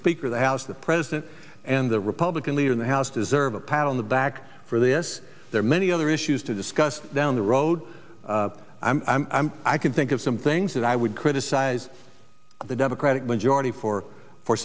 speaker of the house the president and the republican leader in the house deserve a pat on the back for this there are many other issues to discuss down the road i'm i can think of some things that i would criticize the democratic majority for for